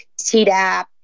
Tdap